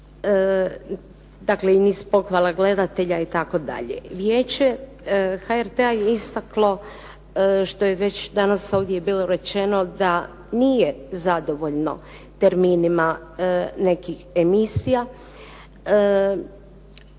dakle i niz pohvala gledatelja itd. Vijeće HRT-a je istaklo što je već danas ovdje i bilo rečeno da nije zadovoljno terminima nekih emisija.